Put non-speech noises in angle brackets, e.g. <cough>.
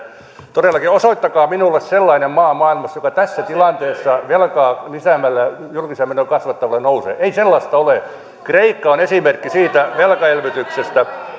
todellakin osoittakaa minulle sellainen maa maailmassa joka tässä tilanteessa velkaa lisäämällä julkisia menoja kasvattamalla nousee ei sellaista ole kreikka on esimerkki siitä velkaelvytyksestä <unintelligible>